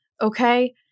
Okay